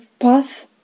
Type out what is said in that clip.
path